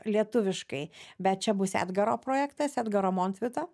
lietuviškai bet čia bus edgaro projektas edgaro montvydo